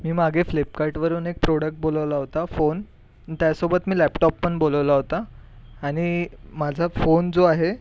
मी मागे फ्लिपकार्टवरून एक प्रोडक्ट बोलवला होता फोन त्यासोबत मी लॅपटॉपपण बोलावला होता आणि माझा फोन जो आहे